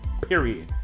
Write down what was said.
period